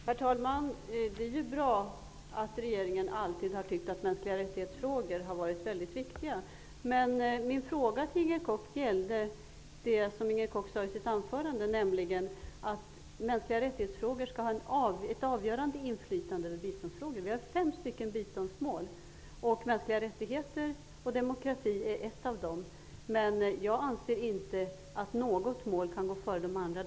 Herr talman! Det är bra att regeringen alltid har tyckt att mänskliga-rättighets-frågor har varit väldigt viktiga. Men min fråga gällde det Inger Koch sade i sitt anförande, nämligen att mänskligarättighets-frågor skall ha ett avgörande inflytande över biståndsfrågor. Vi har fem biståndsmål, och mänskliga rättigheter och demokrati är ett av dem. Jag anser inte att något mål kan gå före de andra.